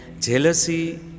jealousy